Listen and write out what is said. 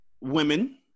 women